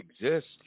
exist